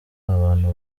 abantu